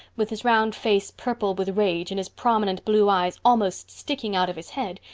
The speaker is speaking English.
with his round face purple with rage and his prominent blue eyes almost sticking out of his head,